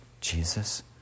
Jesus